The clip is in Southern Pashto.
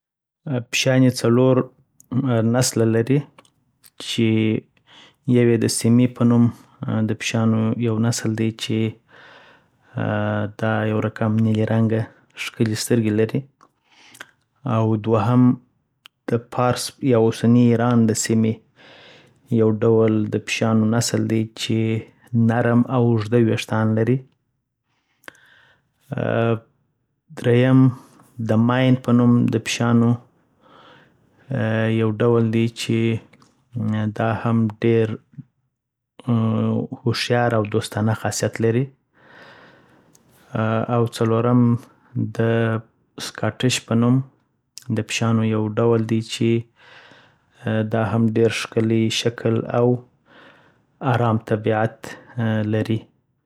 پیشیانی څلور نسله لری لومړی:چی یو یی دسیمی په نوم دپیشیانو یو نسل دی چی ا دا یو رقم نیلی رنګه ښکلی سترګی لری. .دوهم: دپارس یا اوسنی ایران دسیمی یو ډول دپیشیانو نسل دی چی نرم او اوږده ویښتان لری. آ دریم:مین په نوم دپیشیانو یو ډول دی چی دا هم ډیر هوښیار او دوستانه خاصیت لری. .څلورم: د سکاټس په نوم د پیشیانو یو ډول دی چی داهم ډیر ښکل شکل او ارام طبیعت لری